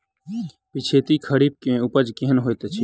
पिछैती खरीफ मे उपज केहन होइत अछि?